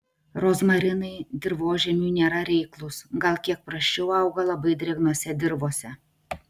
rozmarinai dirvožemiui nėra reiklūs gal kiek prasčiau auga labai drėgnose dirvose